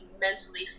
mentally